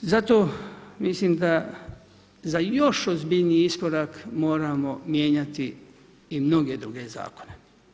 Zato mislim da za još ozbiljniji iskorak moramo mijenjati i mnoge druge zakone.